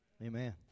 Amen